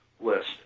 list